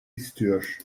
istiyor